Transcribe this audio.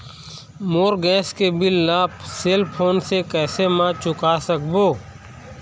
मोर gas के bill ला cell phone से कैसे म चुका सकबो?